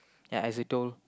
ya as it told